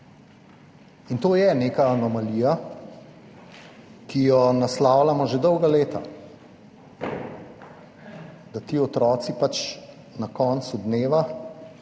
To je neka anomalija, ki jo naslavljamo že dolga leta, da ti otroci pač na koncu dneva